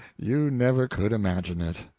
you never could imagine it.